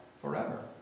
forever